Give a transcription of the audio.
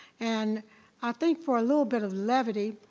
and i think for a little bit of levity,